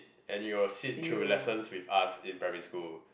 and it would sit through lessons with us in primary school